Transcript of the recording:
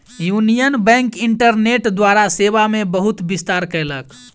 union bank internet द्वारा सेवा मे बहुत विस्तार कयलक